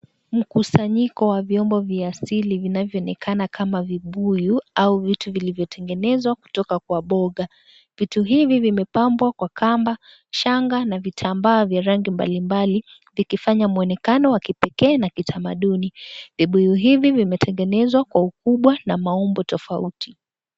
Mkusanyiko wa vyombo vya asili vinavyoonekana kama vibuyu au vitu vilivyotengezwa kutoka mboga. Vitu hivi vimepambwa kwa kamba, shangaa, na vitambaa vya rangi mbali mbali vikifanya mwonekano wa kipekee na wa kitamaduni. Vibuyu hivi vimetengenezwa kwa ukubwa na maumbo tofauti.